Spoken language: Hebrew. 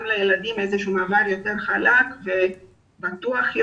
לילדים איזשהו מעבר יותר חלק ויותר בטוח.